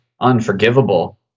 unforgivable